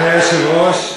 אדוני היושב-ראש,